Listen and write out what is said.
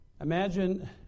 Imagine